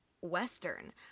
western